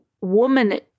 woman